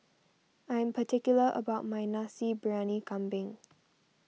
I am particular about my Nasi Briyani Kambing